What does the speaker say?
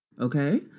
Okay